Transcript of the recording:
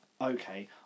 okay